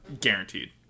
Guaranteed